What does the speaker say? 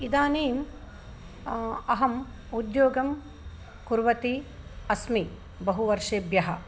इदानीम् अहम् उद्योगं कुर्वती अस्मि बहुवर्षेभ्यः